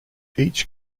each